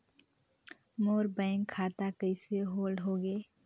मोर bank खाता कइसे hold होगे?